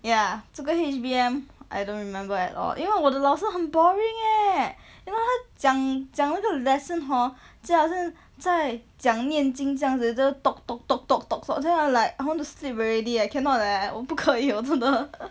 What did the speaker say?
ya 这个 H B M I don't remember at all 因为我的老师很 boring eh then 他讲讲那个 lesson hor 讲得在讲念经这样子 the talk talk talk talk talk then I like I want to sleep already eh cannot leh 我不可以我真的